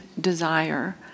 desire